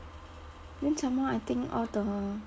then some more I think all the